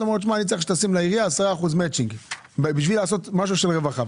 אתה אומר לעירייה שתשים 10% מצ'ינג בשביל לעשות משהו של רווחה,